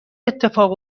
اتفاق